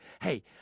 hey